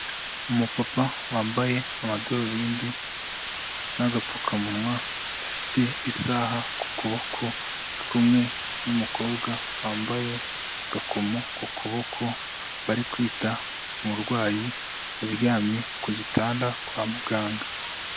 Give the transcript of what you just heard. Umupapa wambaye amadarubindi n'agapfukamunwa, ufite isaha ku kuboko kumwe, n'umukobwa wambaye agakomo ku kuboko bari kwita ku murwayi uryamye ku gitanda kwa muganga.